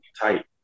tight